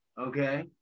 okay